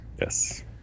Yes